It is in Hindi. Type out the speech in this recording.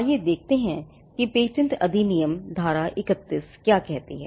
आइए देखते हैं कि पेटेंट अधिनियम की धारा 31 क्या कहती है